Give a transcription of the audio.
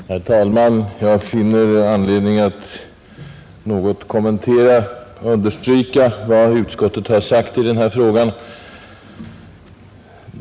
Herr talman! Jag finner anledning att något kommentera och understryka vad utskottet har sagt i denna fråga.